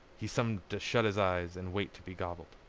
he seemed to shut his eyes and wait to be gobbled.